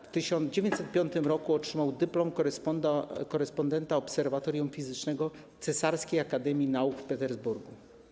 W 1905 r. otrzymał dyplom korespondenta obserwatorium fizycznego Cesarskiej Akademii Nauk w Petersburgu.